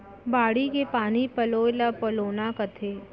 बाड़ी के पानी पलोय ल पलोना कथें